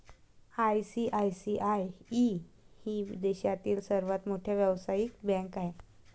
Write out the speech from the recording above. ICICI ही देशातील सर्वात मोठी व्यावसायिक बँक आहे